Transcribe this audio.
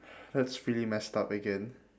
that's pretty messed up again